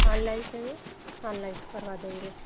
online से में online करवा देंगे